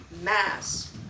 mass